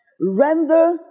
Render